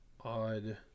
odd